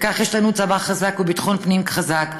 וכך יש לנו צבא חזק וביטחון פנים חזק,